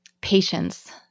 patience